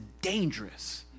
dangerous